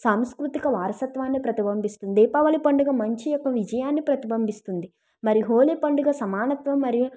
సాంస్కృతిక వారసత్వాన్ని ప్రతిబంబిస్తుంది దీపావళి పండుగ మంచి యొక్క విజయాన్ని ప్రతిబంబిస్తుంది మరియు హోలీ పండుగ సమానత్వము మరియు